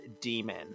demon